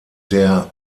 der